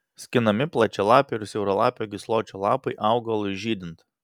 skinami plačialapio ir siauralapio gysločio lapai augalui žydint